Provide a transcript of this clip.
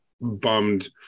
bummed